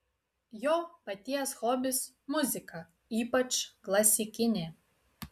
jo paties hobis muzika ypač klasikinė